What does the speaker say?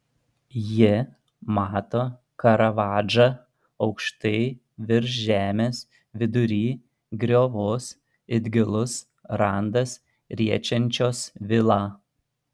ji mato karavadžą aukštai virš žemės vidury griovos it gilus randas riečiančios vilą